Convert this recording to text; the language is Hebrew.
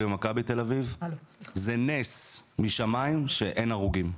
אביב למכבי תל אביב זה נס משמיים שאין הרוגים.